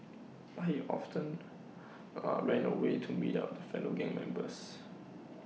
but he often ran away to meet up with fellow gang members